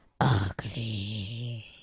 ugly